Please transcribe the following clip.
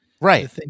Right